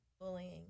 bullying